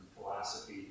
philosophy